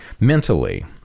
mentally